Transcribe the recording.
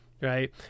right